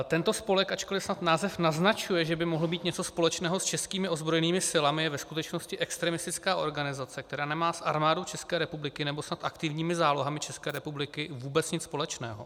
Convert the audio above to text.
Tento spolek, ačkoliv snad název naznačuje, že by mohl mít něco společného s českými ozbrojenými silami, je ve skutečnosti extremistická organizace, která nemá s Armádou České republiky nebo s aktivními zálohami České republiky vůbec nic společného.